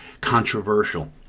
controversial